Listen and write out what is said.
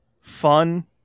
fun